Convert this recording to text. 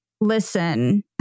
listen